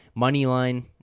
Moneyline